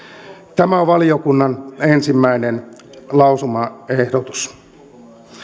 tämä on valiokunnan ensimmäinen lausumaehdotus